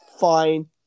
fine